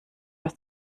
aus